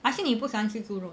I think 你不喜欢吃猪肉